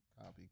copy